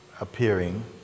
appearing